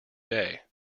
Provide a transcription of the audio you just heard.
day